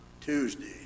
Tuesday